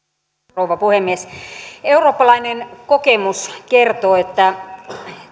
rouva puhemies eurooppalainen kokemus kertoo että